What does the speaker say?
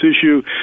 issue